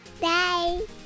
Bye